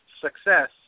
success